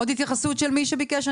עוד התייחסות של מי שביקש.